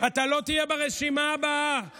אתה לא תהיה ברשימה הבאה,